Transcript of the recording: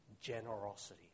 generosity